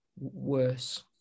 worse